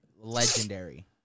legendary